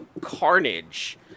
Carnage